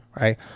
right